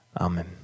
Amen